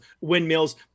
windmills